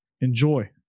enjoy